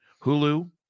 Hulu